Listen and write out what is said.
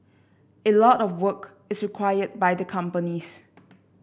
a lot of work is required by the companies